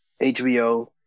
HBO